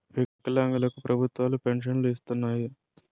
వికలాంగులు కు ప్రభుత్వాలు పెన్షన్ను ఇస్తున్నాయి